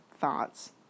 thoughts